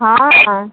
हँ हँ